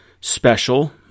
special